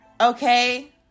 okay